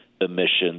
emissions